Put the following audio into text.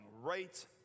right